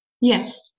Yes